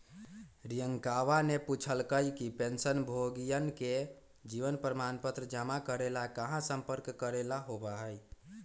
रियंकावा ने पूछल कई कि पेंशनभोगियन के जीवन प्रमाण पत्र जमा करे ला कहाँ संपर्क करे ला होबा हई?